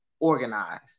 organized